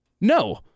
no